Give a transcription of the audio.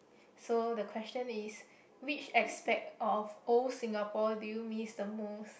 so the question is which aspect of old Singapore do you miss the most